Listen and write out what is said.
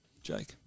Jake